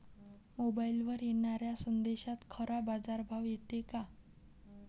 मोबाईलवर येनाऱ्या संदेशात खरा बाजारभाव येते का?